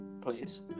please